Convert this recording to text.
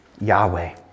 Yahweh